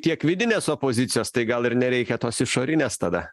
tiek vidinės opozicijos tai gal ir nereikia tos išorinės tada